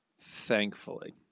Thankfully